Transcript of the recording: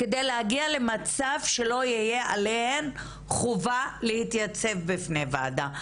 כדי להגיע למצב שלא יהיה עליהן חובה להתייצב בפני וועדה,